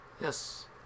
yes